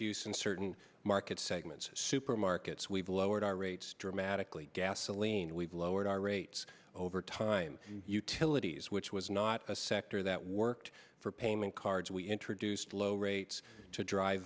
use in certain market segments supermarkets we've lowered our rates dramatically gasoline lowered our rates over time utilities which was not a sector that worked for payment cards we introduced low rates to drive